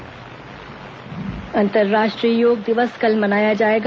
अंतर्राष्ट्रीय योग दिवस अन्तर्राष्ट्रीय योग दिवस कल मनाया जायेगा